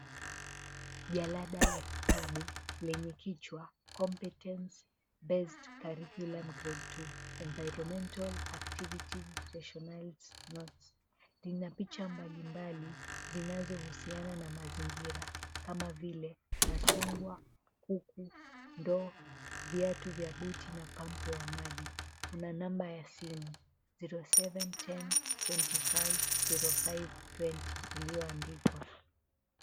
Jalada la kitabu lenye kichwa, Competence Based Curriculum, Grade 2 Environmental Activities: Rationalized Notes. Lina picha mbalimbali zinazohusiana na mazingira, kama vile machungwa, kuku, ndoo, viatu vya buti na pampu ya maji. Kuna namba ya simu, 0710250520, iliyoandikwa.